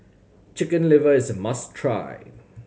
Chicken Liver is a must try